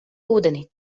ūdeni